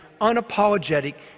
unapologetic